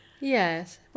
Yes